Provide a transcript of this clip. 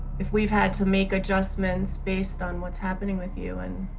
if we've had to make adjustments based on what's happening with you and.